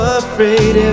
afraid